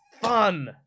fun